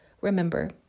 Remember